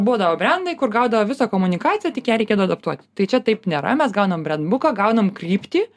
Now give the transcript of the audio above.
būdavo brendai kur gaudavo visą komunikaciją tik ją reikėdavo adaptuoti tai čia taip nėra mes gaunam brandbuką gaunam kryptį